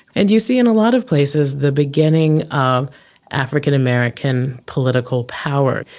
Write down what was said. and you see in a lot of places the beginning of african american political power.